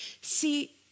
See